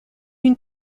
une